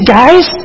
guys